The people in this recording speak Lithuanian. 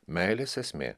meilės esmė